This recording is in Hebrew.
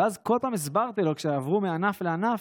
וכל פעם הסברתי לו כשעברו מענף לענף